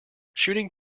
shooting